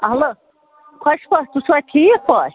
hello خۄش پٲٹھۍ تُہۍ چھُوا ٹھیٖک پٲٹھۍ